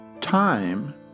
Time